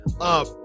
up